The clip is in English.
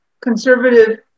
Conservative